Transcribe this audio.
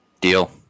Deal